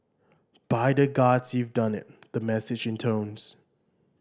by the Gods you've done it the message intones